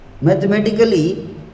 Mathematically